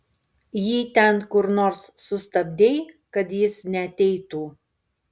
jį ten kur nors sustabdei kad jis neateitų